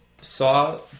saw